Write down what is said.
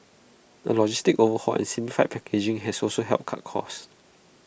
A logistics overhaul and simplified packaging have also helped cut costs